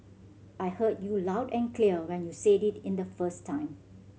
I heard you loud and clear when you said it the first time